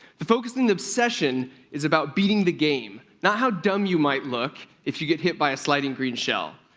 the focus and the obsession is about beating the game, not how dumb you might look if you get hit by a sliding green shell.